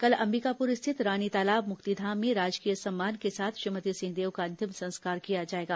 कल अंबिकापुर स्थित रानीतालाब मुक्तिधाम में राजकीय सम्मान के साथ श्रीमती सिंहदेव का अंतिम संस्कार किया जाएगा